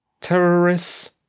terrorists